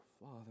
Father